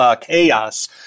chaos